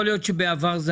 יכול להיות שזה היה בעבר.